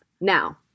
Now